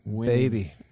baby